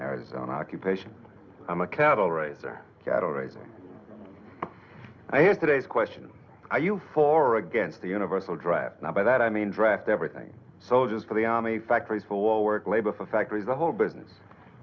an occupation i'm a cattle raising cattle raising i hear today's question are you for or against the universal draft and by that i mean draft everything soldiers for the army factories for work labor factories the whole business